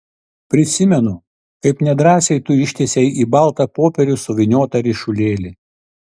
prisimenu kaip nedrąsiai tu ištiesei į baltą popierių suvyniotą ryšulėlį